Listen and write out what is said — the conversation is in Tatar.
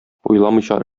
уйламыйча